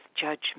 judgment